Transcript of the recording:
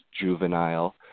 juvenile